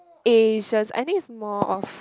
asians I think it's more of